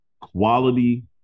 quality